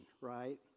right